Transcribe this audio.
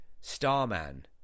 Starman